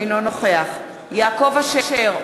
אינו נוכח יעקב אשר,